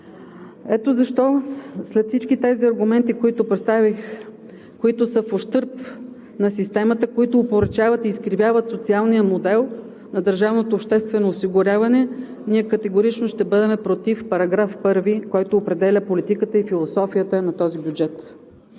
Ето защо след всички тези аргументи, които представих, които са в ущърб на системата, които опорочават и изкривяват социалния модел на държавното обществено осигуряване, ние категорично ще бъдем против § 1, който определя политиката и философията на този бюджет.